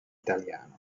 italiano